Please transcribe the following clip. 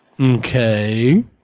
Okay